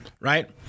Right